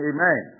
Amen